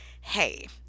hey